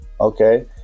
Okay